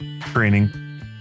training